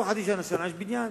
בתוך חצי שנה, שנה, יש בניין.